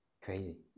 crazy